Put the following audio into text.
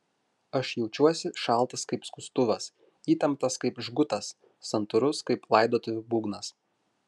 aš jaučiuosi šaltas kaip skustuvas įtemptas kaip žgutas santūrus kaip laidotuvių būgnas